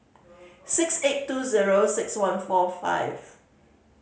six eight two zero six one four five